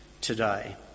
Today